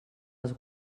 els